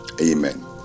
Amen